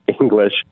English